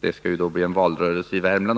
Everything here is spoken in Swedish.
det skall bli en valrörelse även i Värmland.